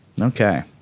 Okay